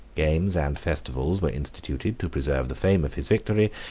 games and festivals were instituted to preserve the fame of his victory,